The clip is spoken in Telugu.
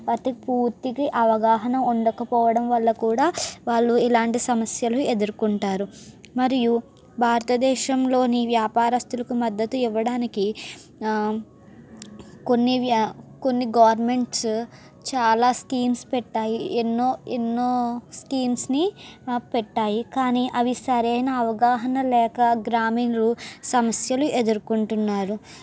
పతి పూర్తిది అవగాహన ఉండకపోవడం వల్ల కూడా వాళ్ళు ఇలాంటి సమస్యలు ఎదుర్కొంటారు మరియు భారతదేశంలోని వ్యాపారస్తులకు మద్దతు ఇవ్వడానికి కొన్ని వ్యా కొన్ని గవర్నమెంట్స్ చాలా స్కీమ్స్ పెట్టాయి ఎన్నో ఎన్నో స్కీమ్స్ని పెట్టాయి కానీ అవి సరైన అవగాహన లేక గ్రామీణులు సమస్యలు ఎదుర్కొంటున్నారు